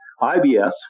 IBS